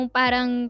parang